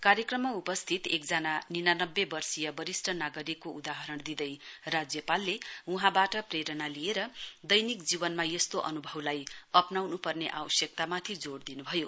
कार्यक्रममा उपस्थित एकजना निनानब्बे वर्षीय वरिष्ट नागरिकको उदाहरण दिँदै राज्यपालले वहाँबाट प्रेरणा लिएर दैनिक जीवनमा यस्तो अनुभवलाई अप्नाउनुपर्ने आवश्यकतामाथी जोड़ दिनुभयो